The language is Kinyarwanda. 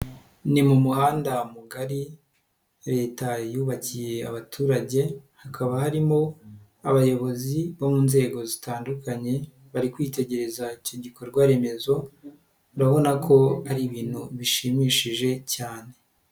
Ni mu muhanda mugari, leta yubakiye abaturage, hakaba harimo abayobozi bo mu nzego zitandukanye, bari kwitegereza ibikorwaremezo, urabona ko ari ibintu bishimishije cyane.